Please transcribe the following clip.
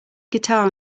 guitar